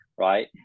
Right